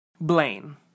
Blaine